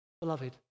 beloved